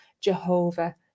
Jehovah